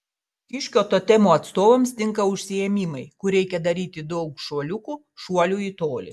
kiškio totemo atstovams tinka užsiėmimai kur reikia daryti daug šuoliukų šuolių į tolį